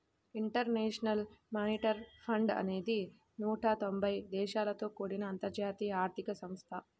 international monetary fund అనేది నూట తొంబై దేశాలతో కూడిన అంతర్జాతీయ ఆర్థిక సంస్థ